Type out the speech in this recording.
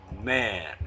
Man